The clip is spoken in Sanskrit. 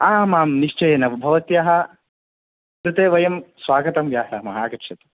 आम् आम् निश्चयेन भवत्याः कृते वयं स्वागतं व्याहरामः आगच्छतु